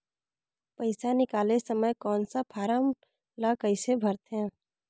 पइसा निकाले समय कौन सा फारम ला कइसे भरते?